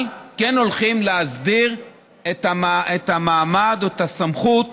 אבל כן הולכים להסדיר את המעמד או את הסמכות